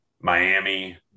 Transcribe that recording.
Miami